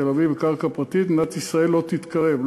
בתל-אביב לקרקע פרטית מדינת ישראל לא תתקרב,